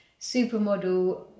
supermodel